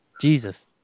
Jesus